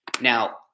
Now